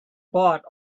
bought